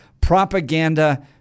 propaganda